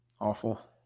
awful